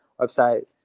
website